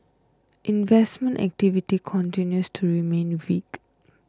investment activity continues to remain weak